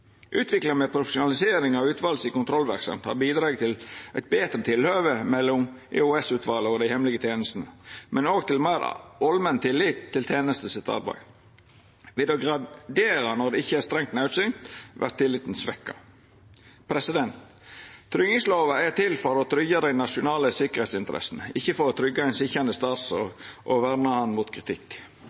Utviklinga med profesjonalisering av kontrollverksemda til utvalet har bidrege til eit betre tilhøve mellom EOS-utvalet og dei hemmelege tenestene, men òg til meir ålmenn tillit til det arbeidet tenestene gjer. Ved å gradera når det ikkje er strengt naudsynt, vert tilliten svekt. Tryggingslova er til for å tryggja dei nasjonale sikkerheitsinteressene, ikkje for å tryggja ein sitjande statsråd og verna han mot kritikk.